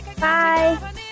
Bye